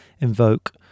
invoke